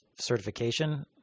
certification